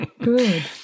Good